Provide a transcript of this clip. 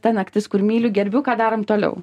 ta naktis kur myliu gerbiu ką darom toliau